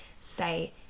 say